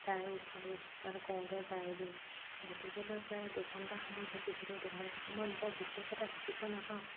তাৰে ইফালে সিফাল কৰোঁতে যায়গৈয়ে গতিকেলৈ প্ৰায় দুঘণ্টা সময় শিকিছিলোঁ দুঘণ্টা সময়ত বৰ বিশেষ এটা শিকিব নাপাওঁ